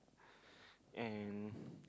and